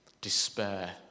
despair